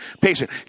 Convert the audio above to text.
patient